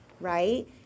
Right